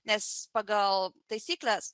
nes pagal taisykles